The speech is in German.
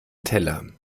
teller